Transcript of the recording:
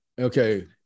Okay